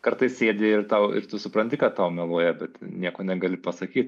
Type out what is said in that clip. kartais sėdi ir tau ir tu supranti kad tau meluoja bet nieko negali pasakyt